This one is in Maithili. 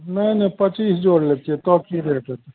नहि नहि पचीस जोड़ लैतियै तब की रेट होइतय